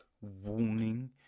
warning